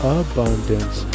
abundance